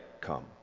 come